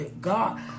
God